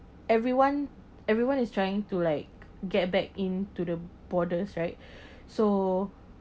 everyone everyone is trying to like get back in to the borders right so